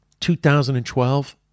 2012